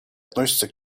относятся